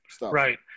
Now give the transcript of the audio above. right